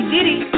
Diddy